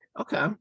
Okay